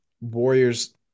Warriors